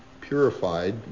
purified